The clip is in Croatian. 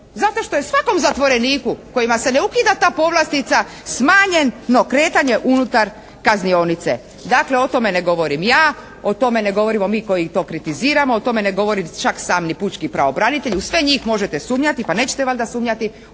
Zato što je svakom zatvoreniku kojima se ne ukida ta povlastica smanjeno kretanje unutar kaznionice. Dakle, o tome ne govorim ja. O tome ne govorimo mi koji to kritiziramo. O tome ne govori čak sam ni pučki pravobranitelj. U sve njih možete sumnjati. Pa nećete valjda sumnjati